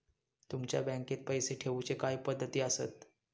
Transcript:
तुमच्या बँकेत पैसे ठेऊचे काय पद्धती आसत?